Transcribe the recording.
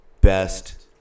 best